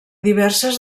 diverses